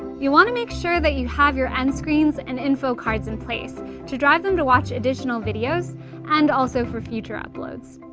you wanna make sure that you have your end screens and info cards in place to drive them to watch additional videos and also for future uploads.